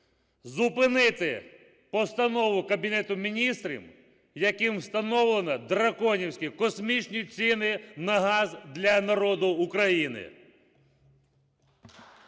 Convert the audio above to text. зупинити постанову Кабінету Міністрів, якою встановлено драконівські, космічні ціни на газ для народу України.